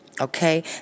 Okay